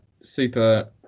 super